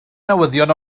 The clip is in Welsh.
newyddion